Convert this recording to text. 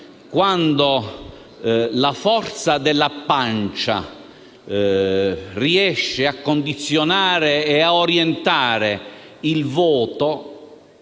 quando la forza della pancia riesce a condizionare e a orientare il voto